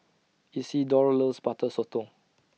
Isidore loves Butter Sotong